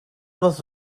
was